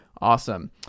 awesome